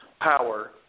power